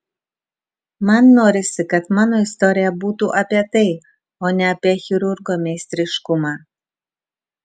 man norisi kad mano istorija būtų apie tai o ne apie chirurgo meistriškumą